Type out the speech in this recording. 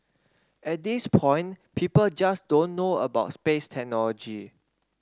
at this point people just don't know about space technology